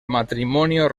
matrimonio